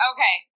Okay